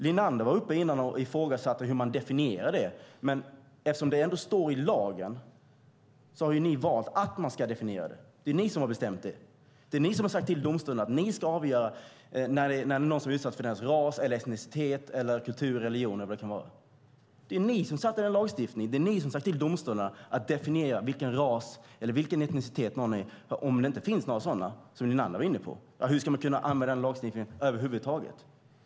Linander var uppe innan och ifrågasatte hur man definierar detta. Men eftersom det står i lagen har ni valt att man ska definiera det. Det är ni som har bestämt det. Det är ni som har sagt till domstolarna att de ska avgöra när någon är utsatt på grund av sin ras, etnicitet, kultur, religion eller vad det nu kan vara. Det var ni som införde den lagstiftningen. Det är ni som har sagt till domstolarna att definiera vilken ras eller etnicitet någon tillhör. Om det inte finns några sådana, som Linander var inne på, hur ska man då kunna använda lagstiftningen över huvud taget?